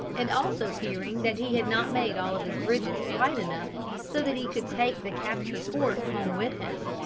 and also fearing that he had not made all of his bridges wide enough so that he could take the captured fort home with him.